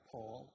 Paul